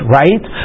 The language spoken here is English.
right